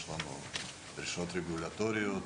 יש לנו דרישות רגולטוריות